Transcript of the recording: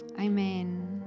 amen